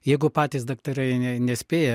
jeigu patys daktarai nespėja